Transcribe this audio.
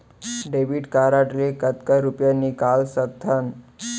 Debit card ले कतका रुपिया निकाल सकथन?